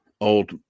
Old